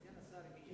סגן שר הבריאות הגיע.